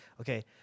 Okay